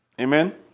Amen